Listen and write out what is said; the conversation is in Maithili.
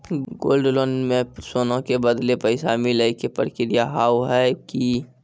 गोल्ड लोन मे सोना के बदले पैसा मिले के प्रक्रिया हाव है की?